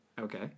Okay